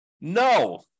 No